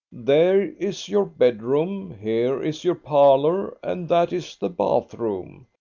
there is your bedroom, here is your parlour, and that is the bath-room.